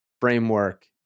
framework